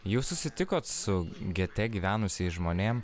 jūs susitikot su gete gyvenusiais žmonėm